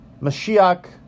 Mashiach